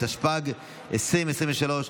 התשפ"ג 2023,